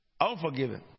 unforgiven